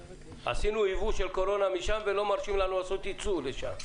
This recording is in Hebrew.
עשינו ייבוא של קורונה משם ולא מרשים לנו לעשות ייצוא לשם.